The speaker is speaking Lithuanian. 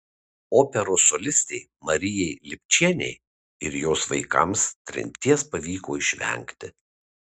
operos solistei marijai lipčienei ir jos vaikams tremties pavyko išvengti